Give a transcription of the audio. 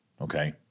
Okay